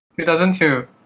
2002